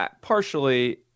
partially